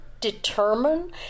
determine